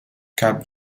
gap